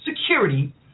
security